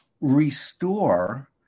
restore